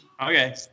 Okay